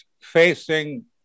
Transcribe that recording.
facing